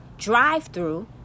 drive-through